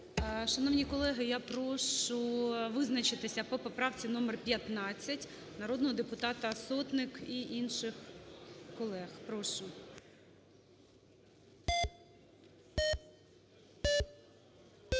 Шановні колеги, я прошу визначитися по поправці номер 15 народного депутата Сотник і інших колег. Прошу.